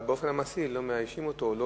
אבל באופן מעשי הם לא מאיישים אותו או לא